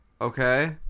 okay